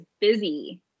busy